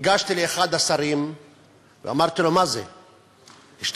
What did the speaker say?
ניגשתי לאחד השרים ואמרתי לו: מה זה, השתגעתם?